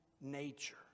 nature